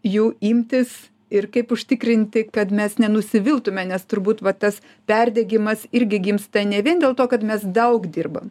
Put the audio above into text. jų imtis ir kaip užtikrinti kad mes nenusiviltume nes turbūt va tas perdegimas irgi gimsta ne vien dėl to kad mes daug dirbame